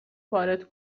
وارد